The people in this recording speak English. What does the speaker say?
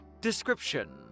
Description